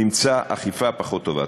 נמצא אכיפה פחות טובה.